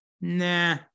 Nah